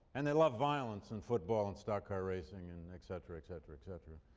and they love violence and football and stockcar racing, and and et cetera, et cetera, et cetera.